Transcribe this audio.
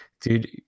Dude